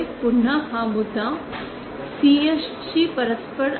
पुन्हा हा मुद्दा CS शी परस्पर आहे